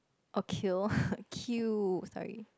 or kill queue sorry